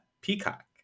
Peacock